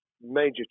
major